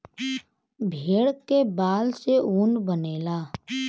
भेड़ के बाल से ऊन बनेला